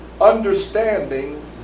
understanding